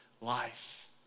life